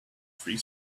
free